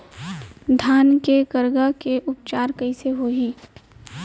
धान के करगा के उपचार कइसे होही?